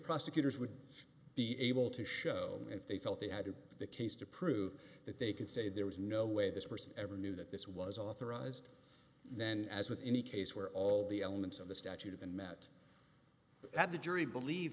prosecutors would be able to show if they felt they had a case to prove that they could say there was no way this person ever knew that this was authorized then as with any case where all the elements of the statute have been met that the jury believe